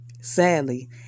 Sadly